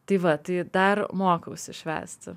tai va tai dar mokausi švęsti